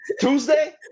tuesday